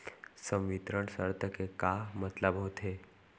संवितरण शर्त के का मतलब होथे?